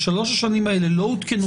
בשלוש השנים האלה לא הותקנו